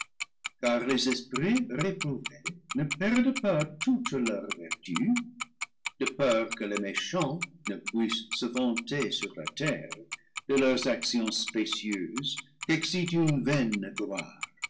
car les esprits réprouvés ne perdent pas toute leur vertu de peur que les méchants ne puissent se vanter sur la terre de leurs actions spécieuses qu'excite une vaine